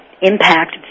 impact